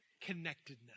connectedness